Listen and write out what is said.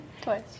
Twice